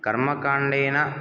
कर्मकाण्डेन